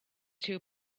two